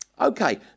Okay